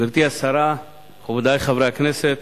גברתי השרה, מכובדי חברי הכנסת,